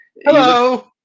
Hello